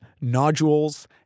nodules